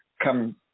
come